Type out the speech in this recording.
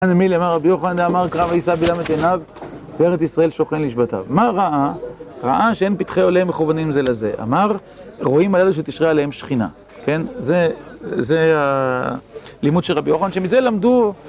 מילה אמר רבי יוחנדה, אמר קרא ואיסא בלעמת עיניו, ארץ ישראל שוכן לשבטיו. מה ראה? ראה שאין פתחי עולם מכוונים זה לזה. אמר, רואים על אלו שתשרה עליהם שכינה. כן? זה, זה הלימוד של רבי יוחנדי. שמזה למדו...